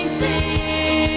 sing